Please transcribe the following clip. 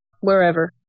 wherever